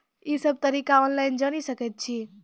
ई सब तरीका ऑनलाइन जानि सकैत छी?